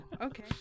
Okay